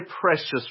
precious